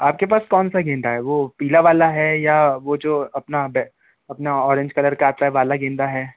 आपके पास कौन सा गेंदा है वो पीला वाला है या वो जो अपना अपना औरेंज कलर का आता है वाला गेंदा है